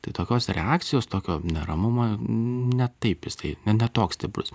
tai tokios reakcijos tokio neramumo ne taip jisai ne toks stiprus